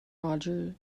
roger